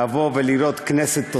לבוא ולראות כנסת תוססת,